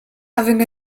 having